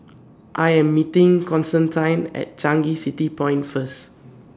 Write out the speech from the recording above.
I Am meeting Constantine At Changi City Point First